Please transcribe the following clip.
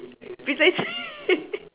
precisely